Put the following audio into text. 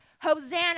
Hosanna